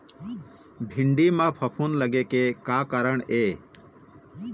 भिंडी म फफूंद लगे के का कारण ये?